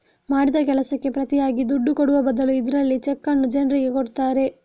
ಮಾಡಿದ ಕೆಲಸಕ್ಕೆ ಪ್ರತಿಯಾಗಿ ದುಡ್ಡು ಕೊಡುವ ಬದಲು ಇದ್ರಲ್ಲಿ ಚೆಕ್ಕನ್ನ ಜನ್ರಿಗೆ ಕೊಡ್ತಾರೆ